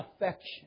affection